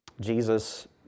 Jesus